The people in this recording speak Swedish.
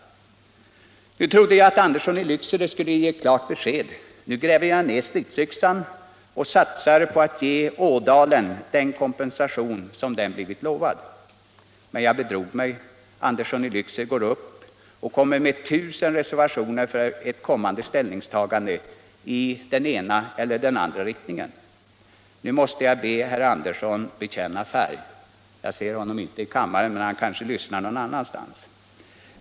Nu trodde jag att herr Andersson i Lycksele skulle ge klart besked: Nu gräver jag ned stridsyxan och satsar på att ge ådalen den kompensation som den blivit lovad. Men jag bedrog mig — herr Andersson i Lycksele kom med tusen reservationer för ett kommande ställningstagande i den ena eller andra riktningen. Nu måste jag be herr Andersson bekänna färg. Jag ser honom inte i kammaren, men han kanske lyssnar någon annanstans.